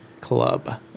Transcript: club